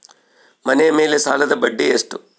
ಮನೆ ಮೇಲೆ ಸಾಲದ ಬಡ್ಡಿ ಎಷ್ಟು?